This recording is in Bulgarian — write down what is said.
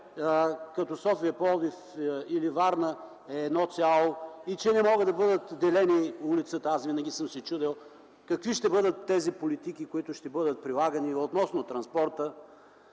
като София, Пловдив или Варна са едно цяло и не могат да бъдат делени. Винаги съм се чудел какви ще бъдат тези политики, които ще бъдат прилагани относно транспорта,